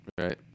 Right